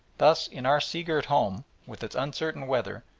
thus in our sea-girt home, with its uncertain weather,